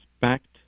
backed